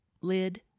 lid